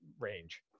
range